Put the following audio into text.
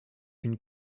une